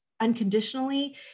unconditionally